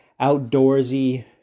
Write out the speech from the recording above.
outdoorsy